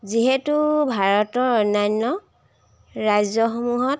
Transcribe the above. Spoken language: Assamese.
যিহেতু ভাৰতৰ অন্যান্য ৰাজ্যসমূহত